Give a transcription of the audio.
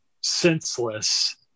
senseless